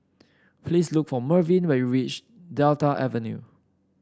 please look for Mervyn when you reach Delta Avenue